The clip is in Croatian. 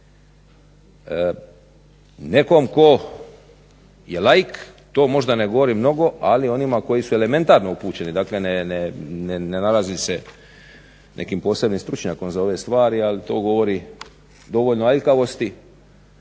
Nekom tko je laik to možda ne govori mnogo, ali onima koji su elementarno upućeni, dakle ne nalazi se nekim posebnim stručnjakom za ove stvari, ali to govori o dovoljno aljkavosti,